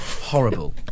Horrible